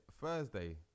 Thursday